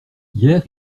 hier